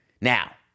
Now